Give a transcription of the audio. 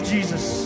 Jesus